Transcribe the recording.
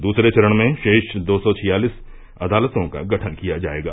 दूसरे चरण में शेष दो सौ छियालिस अदालतों का गठन किया जाएगा